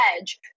edge